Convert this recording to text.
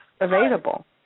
available